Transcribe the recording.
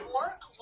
work